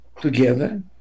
together